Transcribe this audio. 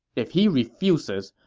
if he refuses,